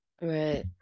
Right